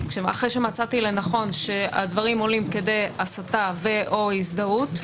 אחרי שמצאתי לנכון שהדברים עולים כדי הסתה ואו הזדהות,